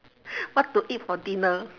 what to eat for dinner